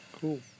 Cool